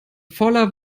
voller